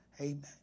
Amen